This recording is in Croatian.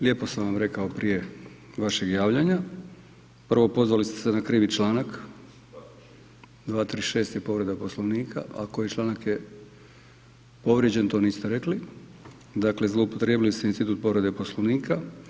Lijepo sam vam rekao prije vašeg javljanja, prvo pozvali ste se na krivi članak, 236. je povreda Poslovnika, a koji članak je povrijeđen to niste rekli, dakle zloupotrijebili ste institut povrede Poslovnika.